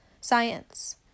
science